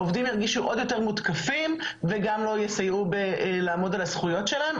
העובדים ירגישו עוד מותקפים וגם לא יסייעו בלעמוד על הזכויות שלהם.